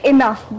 Enough